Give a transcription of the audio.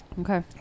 Okay